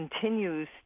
continues